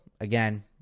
Again